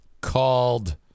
called